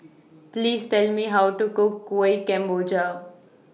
Please Tell Me How to Cook Kuih Kemboja